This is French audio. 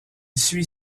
suit